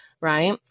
right